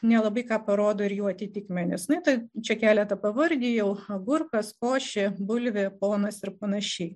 nelabai ką parodo ir jų atitikmenys na tai čia keletą pavardijau agurkas košė bulvė ponas ir panašiai